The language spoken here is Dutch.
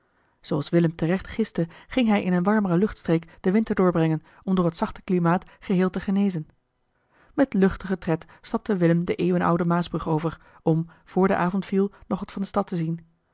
als willem terecht giste ging hij in eene warmere luchtstreek den winter doorbrengen om door het zachte klimaat geheel te genezen met luchtigen tred stapte willem de eeuwenoude maasbrug over om voor de avond viel nog wat van de stad te zien